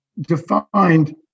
defined